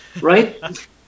right